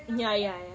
ya ya ya ya ya